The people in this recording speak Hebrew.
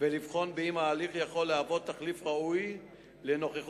ולבחון אם ההליך יכול להוות תחליף ראוי לנוכחות